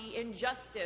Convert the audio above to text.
injustice